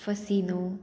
Fascino